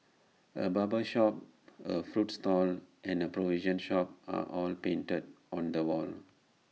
A barber shop A fruit stall and A provision shop are all painted on the wall